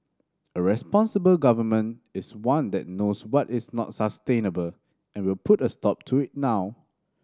a responsible Government is one that knows what is not sustainable and will put a stop to it now